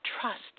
trust